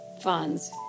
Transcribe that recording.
funds